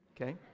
okay